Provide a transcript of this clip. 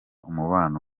umubano